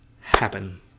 happen